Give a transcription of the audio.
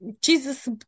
Jesus